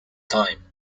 time